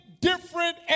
different